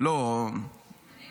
אני לא מבקשת מהם,